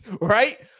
right